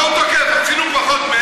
מה הוא תוקף, עשינו פחות מהם?